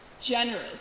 generous